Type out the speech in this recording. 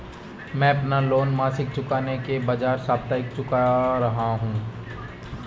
मैं अपना लोन मासिक चुकाने के बजाए साप्ताहिक चुका रहा हूँ